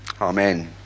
Amen